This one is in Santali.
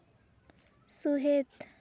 ᱥᱩᱦᱮᱫᱽ